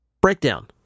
Breakdown